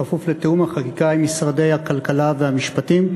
בכפוף לתיאום החקיקה עם משרדי הכלכלה והמשפטים.